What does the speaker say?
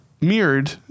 mirrored